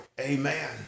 amen